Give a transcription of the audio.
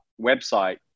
website